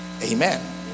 amen